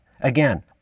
Again